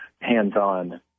hands-on